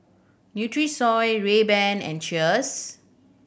Nutrisoy Rayban and Cheers